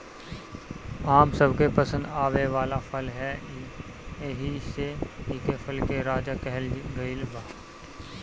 आम सबके पसंद आवे वाला फल ह एही से एके फल के राजा कहल गइल बा